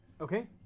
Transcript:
Okay